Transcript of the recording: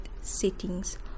settings